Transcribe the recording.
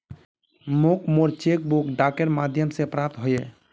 मोक मोर cheque book डाकेर माध्यम से प्राप्त होइए